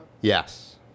Yes